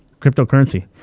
Cryptocurrency